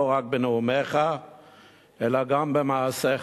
לא רק בנאומיך אלא גם במעשיך,